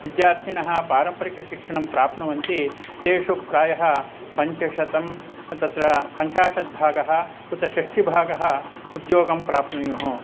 विद्यार्थिनः पारम्परिकशिक्षणं प्राप्नुवन्ति तेषु प्रायः पञ्चशतं तत्र पञ्चाशत्भागः उत षष्ठिभागः उद्योगं प्राप्नुयुः